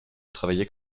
travaillait